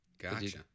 gotcha